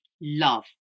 Love